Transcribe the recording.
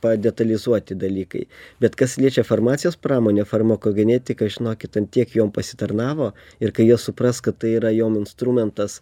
padetalizuoti dalykai bet kas liečia farmacijos pramonę farmakogenetiką žinokit ant tiek jom pasitarnavo ir kai jie supras kad tai yra jom instrumentas